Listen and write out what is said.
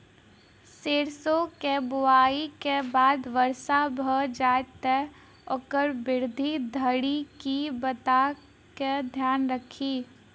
सैरसो केँ बुआई केँ बाद वर्षा भऽ जाय तऽ ओकर वृद्धि धरि की बातक ध्यान राखि?